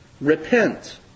Repent